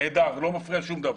נהדר, לא מפריע לשום דבר.